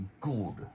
good